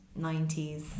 90s